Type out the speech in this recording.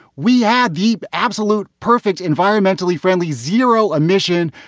we had the absolute perfect, environmentally friendly zero emission,